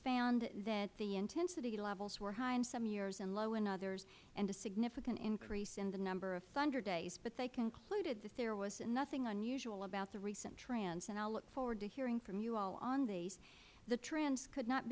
found that the intensity levels were high in some years and low in others and a significant increase in the number of thunder days but they concluded that there was nothing unusual about the recent trends and i look forward to hearing from you all on these the trends could not